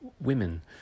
women